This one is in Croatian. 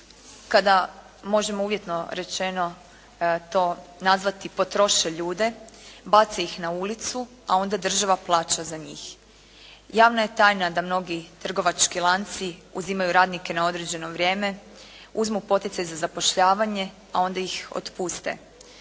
kada, možemo uvjetno rečeno potroše ljude, bace ih na ulicu, a onda država plaća za njih. Javna je tajna da mnogi trgovački lanci uzimaju radnike na određeno vrijeme, uzmu poticaj za zapošljavanje, a onda ih otpuste.